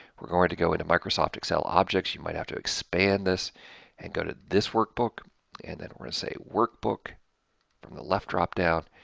we're going to go into microsoft excel objects, you might have to expand this and go to thisworkbook. and then we're going to say workbook from the left drop-down,